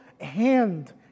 hand